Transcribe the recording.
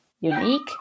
unique